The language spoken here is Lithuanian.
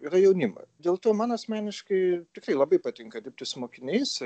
yra jaunimas dėl to man asmeniškai tikrai labai patinka dirbti su mokiniais